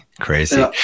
crazy